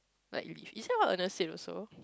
like you~ is that what Ernest said also